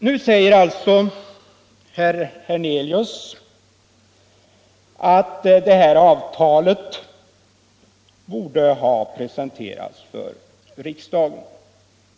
Nu säger alltså herr Hernelius att det här avtalet med DRV borde ha presenterats för riksdagen.